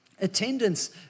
attendance